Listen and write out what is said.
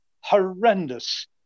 horrendous